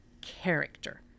character